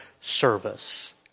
service